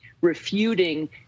refuting